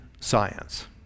science